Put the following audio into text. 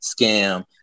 scam